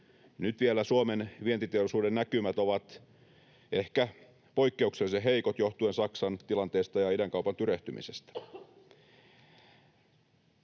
Nyt vielä Suomen vientiteollisuuden näkymät ovat ehkä poikkeuksellisen heikot johtuen Saksan tilanteesta ja idänkaupan tyrehtymisestä.